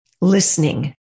Listening